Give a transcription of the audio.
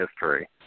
history